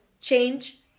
change